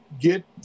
get